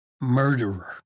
murderer